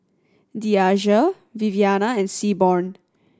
Deasia Viviana and Seaborn